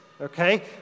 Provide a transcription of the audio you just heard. Okay